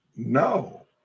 No